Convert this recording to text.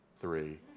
three